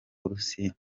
burusiya